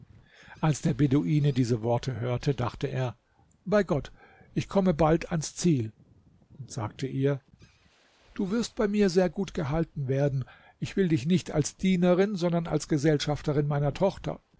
als der beduine diese worte hörte dachte er bei gott ich komme bald ans ziel und sagte ihr du wirst bei mir sehr gut gehalten werden ich will dich nicht als dienerin sondern als gesellschafterin meiner tochter